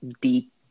deep